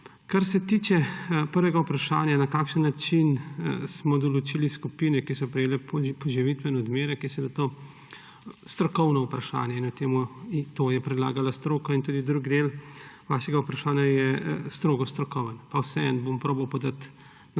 Kar se tiče prvega vprašanja, na kakšen način smo določili skupine, ki so prejele poživitveni odmerek, je to strokovno vprašanje, in to je predlagala stroka. Tudi drugi del vašega vprašanja je strogo strokoven, pa vseeno bom skušal podati